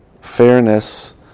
fairness